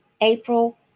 April